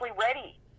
ready